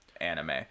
anime